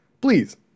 Please